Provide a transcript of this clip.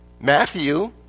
Matthew